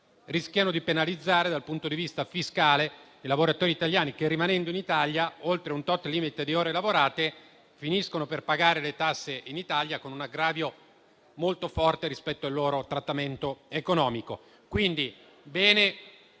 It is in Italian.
rischiano di penalizzare dal punto di vista fiscale i lavoratori italiani che, rimanendo in Italia oltre un certo limite di ore lavorate, finiscono per pagare le tasse in Italia, con un aggravio molto forte rispetto al loro trattamento economico.